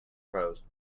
prose